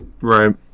Right